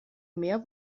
mehr